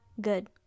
good